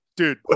Dude